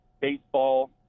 baseball